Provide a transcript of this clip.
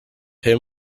him